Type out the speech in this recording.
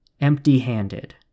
empty-handed